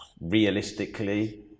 realistically